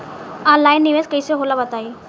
Online निवेस कइसे होला बताईं?